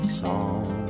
song